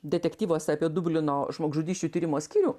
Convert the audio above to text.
detektyvuose apie dublino žmogžudysčių tyrimo skyrių